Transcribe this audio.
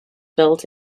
built